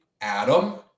Adam